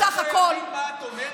אף אחד לא הבין מה את אומרת.